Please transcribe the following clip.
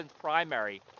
primary